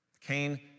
Cain